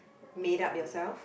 made up yourself